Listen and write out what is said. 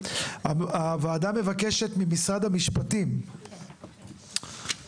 3. הוועדה מבקשת ממשרד המשפטים חוות